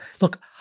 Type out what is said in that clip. Look